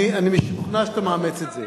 אני משוכנע שאתה מאמץ את זה.